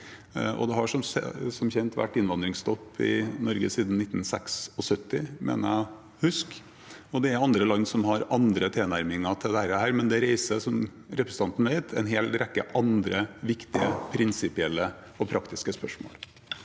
Det har som kjent vært innvandringsstopp i Norge siden 1976, mener jeg å huske. Det er andre land som har andre tilnærminger til dette, men som representanten vet, reiser dette en hel rekke andre viktige prinsipielle og praktiske spørsmål.